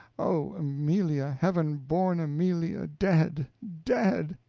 oh! amelia heaven-born amelia dead, dead!